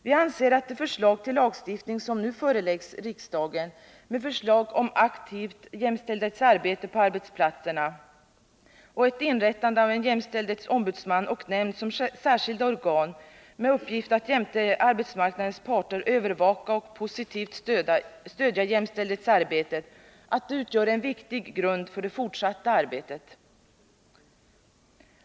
Vi anser att det förslag till lagstiftning som nu föreläggs riksdagen, om aktivt jämställdhetsarbete på arbetsplatserna och inrättande av en jämställdhetsombudsman och en jämställdhetsnämnd som särskilda organ med uppgift att jämte arbetsmarknadens parter övervaka och positivt stödja jämställdhetsarbetet, utgör en viktig grund för det fortsatta arbetet.